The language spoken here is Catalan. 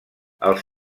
els